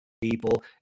people